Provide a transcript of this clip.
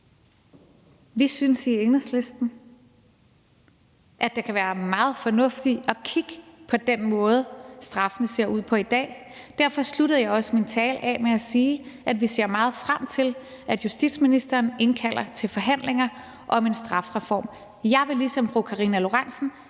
Vi synes i Enhedslisten, at der kan være meget fornuft i at kigge på den måde, straffene ser ud på i dag. Derfor sluttede jeg også min tale af med at sige, at vi ser meget frem til, at justitsministeren indkalder til forhandlinger om en strafreform. Jeg vil ligesom fru Karina Lorentzen